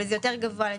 אבל זה יותר גבוה.